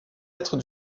être